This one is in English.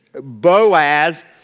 Boaz